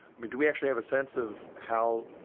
i mean do we actually have a sense of how